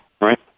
Right